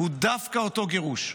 הוא דווקא אותו גירוש,